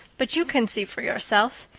but you can see for yourself.